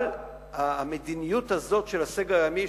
אבל המדיניות הזאת של הסגר הימי,